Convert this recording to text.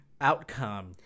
outcome